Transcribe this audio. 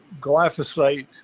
glyphosate